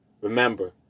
Remember